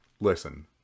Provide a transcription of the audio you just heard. Listen